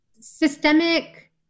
systemic